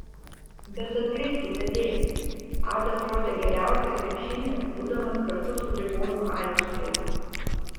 bet atkreipkite dėmesį adas rodė geriausią krepšinį būdamas kartu su grigoniu aikštėje